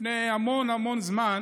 לפני המון המון זמן